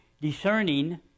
discerning